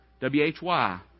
W-H-Y